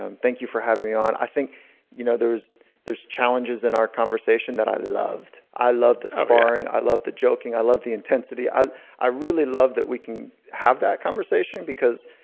and thank you for having me on. i think you know there's there's challenges in our conversation that i loved. i loved the sparring. i loved the joking. i loved the intensity. i i really loved that we can have that conversation because